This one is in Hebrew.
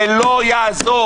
זה לא יעזור,